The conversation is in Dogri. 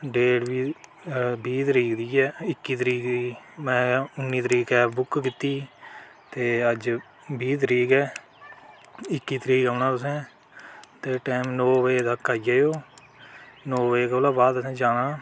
डेट बी बीह् तरीक दी गै ऐ इक्की तरीक गी में उन्नी तरीक कैब बुक कीती ते अज्ज बीह् तरीक ऐ इक्की तरीक औना तुसें ते टैम नौ बजे तक आई जाएओ नौ बजे कोला बाद असें जाना